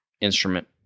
instrument